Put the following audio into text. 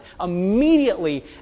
immediately